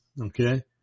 okay